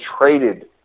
traded